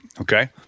okay